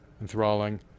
enthralling